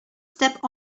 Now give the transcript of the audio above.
step